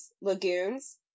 lagoons